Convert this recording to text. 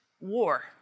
war